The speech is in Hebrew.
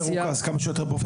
כפי שאדוני הציע.